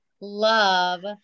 love